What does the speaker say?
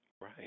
right